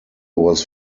was